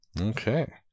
Okay